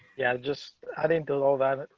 yeah, just i didn't do that.